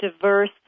diverse